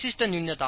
विशिष्टन्यूनता